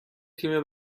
تیم